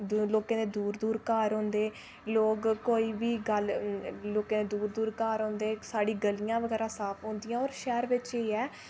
लोकें दे दूर दूर घर होंदे लोकें दी कोई बी गल्ल लोकें दे दूर दूर घर होंदे साढ़ियां गड्डियां साफ होंदियां ते शैह्र बिच एह् ऐ